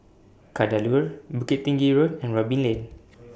Kadaloor Bukit Tinggi Road and Robin Lane